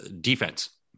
defense